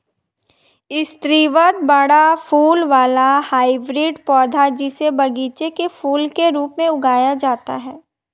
स्रीवत बड़ा फूल वाला हाइब्रिड पौधा, जिसे बगीचे के फूल के रूप में उगाया जाता है